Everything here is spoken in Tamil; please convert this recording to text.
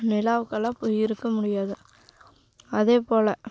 நிலாவுக்கெல்லாம் போய் இருக்க முடியாது அதேப்போல்